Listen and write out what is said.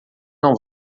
não